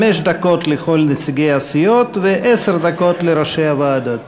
חמש דקות לנציגי כל הסיעות ועשר דקות לראשי הוועדות.